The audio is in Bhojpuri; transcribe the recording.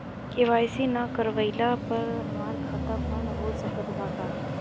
के.वाइ.सी ना करवाइला पर हमार खाता बंद हो सकत बा का?